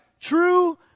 true